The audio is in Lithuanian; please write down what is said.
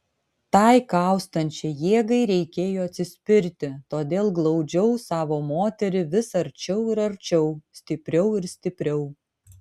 tai kaustančiai jėgai reikėjo atsispirti todėl glaudžiau savo moterį vis arčiau ir arčiau stipriau ir stipriau